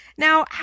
Now